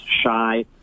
shy